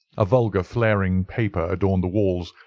a vulgar flaring paper adorned the walls,